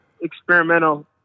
experimental